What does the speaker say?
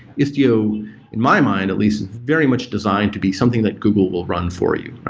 istio in my mind at least is very much designed to be something that google will run for you.